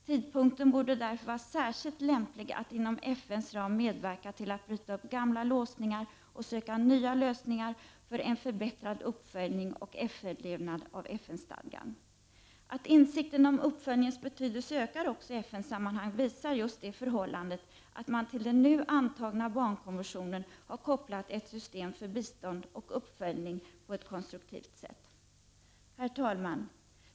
Tidpunkten borde därför vara särskilt lämplig att inom FN:s ram medverka till att bryta upp gamla låsningar och söka nya lösningar för en förbättrad uppföljning och efterlevnad av FN-stadgan. Att insikten om uppföljningens betydelse ökar också i FN-sammanhang visar det förhållandet att man till den nu antagna barnkonventionen har kopplat ett system för bistånd och uppföljning på ett konstruktivt sätt. Herr talman!